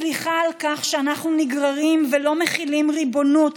סליחה על כך שאנחנו נגררים ולא מחילים ריבונות